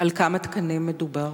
על כמה תקנים מדובר?